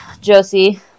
Josie